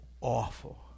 awful